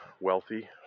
wealthy